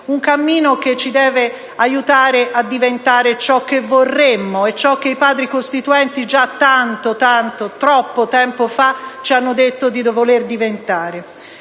un cammino che ci deve aiutare a diventare ciò che vorremmo e ciò che i Padri costituenti già tanto, tanto, troppo tempo fa ci hanno detto di voler diventare.